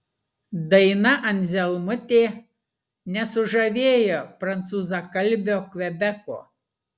daina anzelmutė nesužavėjo prancūzakalbio kvebeko